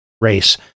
race